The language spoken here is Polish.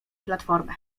platformę